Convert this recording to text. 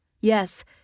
Yes